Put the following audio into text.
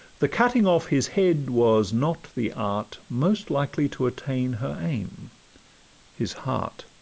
the cutting off his head was not the art most likely to attain her aim his heart.